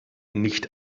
nicht